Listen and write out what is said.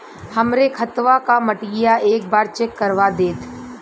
हमरे खेतवा क मटीया एक बार चेक करवा देत?